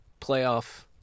playoff